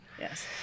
Yes